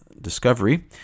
Discovery